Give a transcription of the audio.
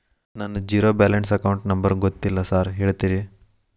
ನನ್ನ zero balance account number ಗೊತ್ತಿಲ್ಲ sir ಹೇಳ್ತೇರಿ?